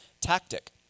tactic